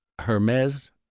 Hermes